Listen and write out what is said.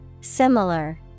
Similar